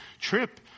trip